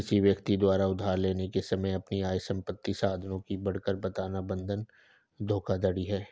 किसी व्यक्ति द्वारा उधार लेने के समय अपनी आय, संपत्ति या साधनों की बढ़ाकर बताना बंधक धोखाधड़ी है